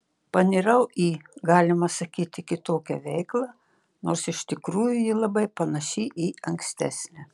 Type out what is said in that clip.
panirau į galima sakyti kitokią veiklą nors iš tikrųjų ji labai panaši į ankstesnę